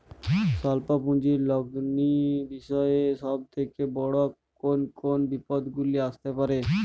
স্বল্প পুঁজির লগ্নি বিষয়ে সব থেকে বড় কোন কোন বিপদগুলি আসতে পারে?